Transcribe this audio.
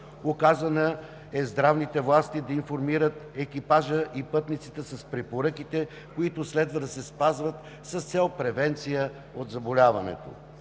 Указано е здравните власти да информират екипажа и пътниците с препоръките, които следва да се спазват с цел превенция от заболяването.